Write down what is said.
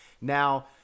Now